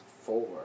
four